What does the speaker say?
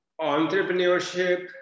Entrepreneurship